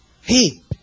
Hey